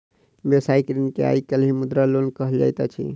व्यवसायिक ऋण के आइ काल्हि मुद्रा लोन कहल जाइत अछि